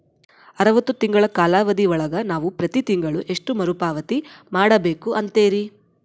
ಅರವತ್ತು ತಿಂಗಳ ಕಾಲಾವಧಿ ಒಳಗ ನಾವು ಪ್ರತಿ ತಿಂಗಳು ಎಷ್ಟು ಮರುಪಾವತಿ ಮಾಡಬೇಕು ಅಂತೇರಿ?